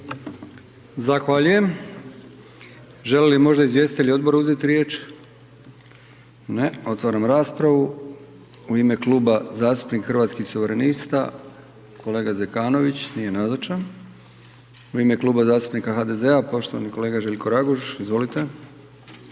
Zahvaljujem. Žele li možda izvjestitelji odbora uzeti riječ? Ne. Otvaram raspravu, u ime Kluba zastupnika Hrvatskih suverenista, kolega Zekanović, nije nazočan. U ime Kluba zastupnika HDZ-a, poštovani kolega Željko Raguž, izvolite.